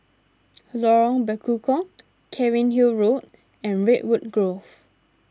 Lorong Bekukong Cairnhill Road and Redwood Grove